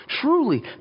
Truly